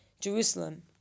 Jerusalem